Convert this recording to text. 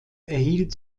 erhielt